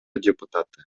депутаты